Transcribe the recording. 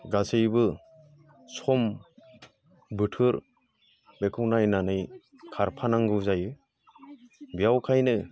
गासैबो सम बोथोर बेखौ नायनानै खारफानांगौ जायो बेखायनो